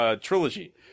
trilogy